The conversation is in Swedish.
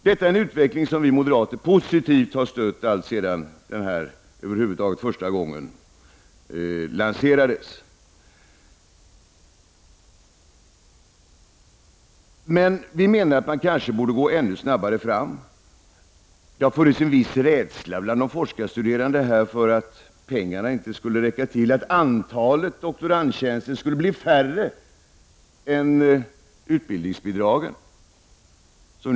Detta är en utveckling som vi moderater positivt har stött alltsedan den lanserades. Vi menar att man kanske borde gå ännu snabbare fram. Det har funnits en viss rädsla hos de forskarstuderande för att pengarna inte skulle räcka till och att antalet doktorandtjänster skulle bli färre än vad utbildningsbidragen medger.